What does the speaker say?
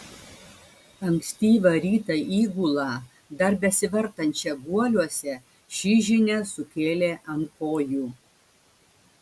ankstyvą rytą įgulą dar besivartančią guoliuose ši žinia sukėlė ant kojų